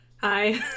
Hi